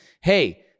hey